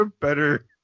better